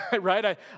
right